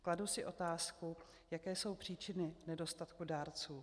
Kladu si otázku, jaké jsou příčiny nedostatku dárců.